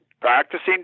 Practicing